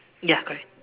ya correct